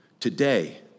Today